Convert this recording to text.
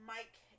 Mike